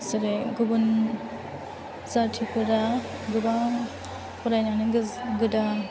जेरै गुबुन जाथिफोरा गोबां फरायनानै गोदान